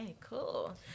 cool